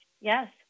Yes